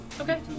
Okay